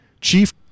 chief